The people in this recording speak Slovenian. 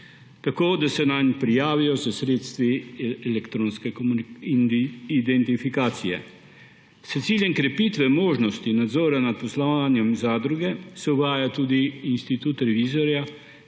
tako, da se nanj prijavijo s sredstvi elektronske identifikacije. S ciljem krepitve možnosti nadzora nad poslovanjem zadruge se uvaja tudi institut revizorja,